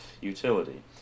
utility